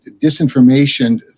disinformation